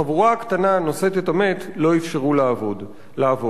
לחבורה הקטנה הנושאת את המת לא אפשרו לעבור.